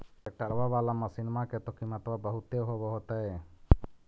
ट्रैक्टरबा बाला मसिन्मा के तो किमत्बा बहुते होब होतै?